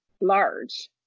large